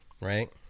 right